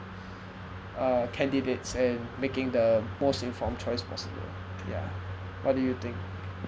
uh candidates and making the most informed choice possible yeah what do you think